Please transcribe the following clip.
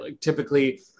typically